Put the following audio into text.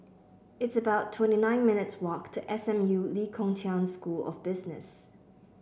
it's about twenty nine minutes' walk to S M U Lee Kong Chian School of Business